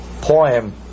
poem